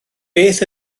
beth